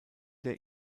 der